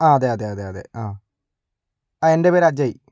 അ അതെ അതെ അതെ അ അ എൻറെ പേര് അജയ്